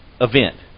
event